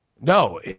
No